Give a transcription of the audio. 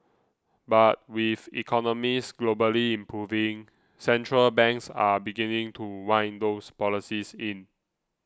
but with economies globally improving central banks are beginning to wind those policies in